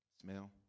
smell